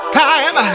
time